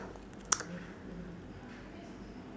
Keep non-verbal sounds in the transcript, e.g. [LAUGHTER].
[NOISE]